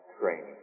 training